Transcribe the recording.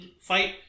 fight